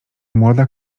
młoda